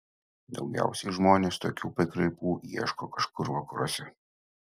daugiausiai žmonės tokių pakraipų ieško kažkur vakaruose